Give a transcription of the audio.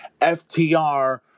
FTR